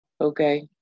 Okay